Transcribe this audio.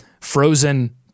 frozen